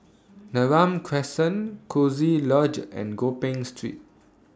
Neram Crescent Coziee Lodge and Gopeng Street